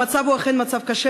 המצב הזה הוא אכן מצב קשה,